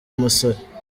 musore